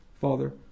Father